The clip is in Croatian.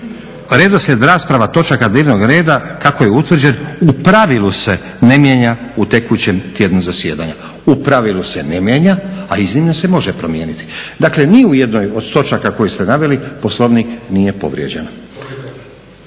redoslijed rasprava točaka dnevnog reda kako je utvrđen u pravilu se ne mijenja u tekućem tjednu zasjedanja. U pravilu se ne mijenja, a iznimno se može promijeniti. Dakle, ni u jednoj od točaka koje ste naveli Poslovnik nije povrijeđen.